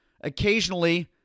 occasionally